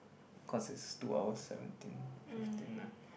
cause it's two hours seventeen fifteen nah